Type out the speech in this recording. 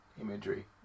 imagery